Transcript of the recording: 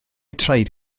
traed